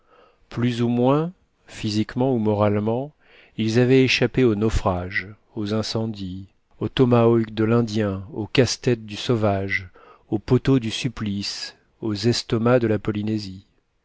plus ou moins physiquement ou moralement ils avaient échappé aux naufrages aux incendies aux tomahawks de l'indien aux casse têtes du sauvage au poteau du supplice aux estomacs de la polynésie